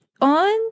on